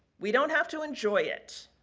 we don't have to enjoy it.